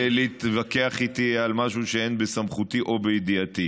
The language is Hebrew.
המחלקה לחקירות שוטרים היא הגוף המוסמך ולא אני,